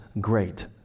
great